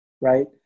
Right